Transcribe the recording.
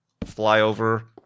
flyover